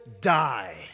die